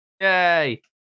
Yay